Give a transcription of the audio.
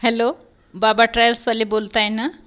hello बाबा ट्रॅल्सवाले बोलताय नं